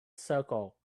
circle